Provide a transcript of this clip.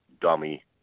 dummy